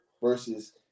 versus